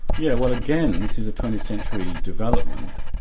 yeah well again, this is a twentieth century development,